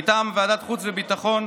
מטעם ועדת חוץ וביטחון,